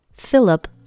Philip